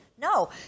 No